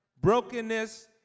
Brokenness